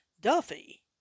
Duffy